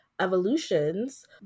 Evolutions